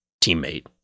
teammate